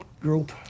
group